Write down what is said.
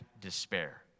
despair